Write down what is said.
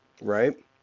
Right